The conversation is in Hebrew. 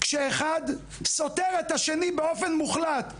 כשאחד סותר את השני באופן מוחלט.